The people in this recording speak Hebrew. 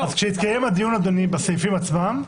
כשיתקיים הדיון בסעיפים עצמם,